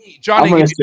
Johnny